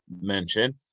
mention